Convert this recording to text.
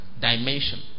dimension